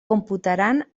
computaran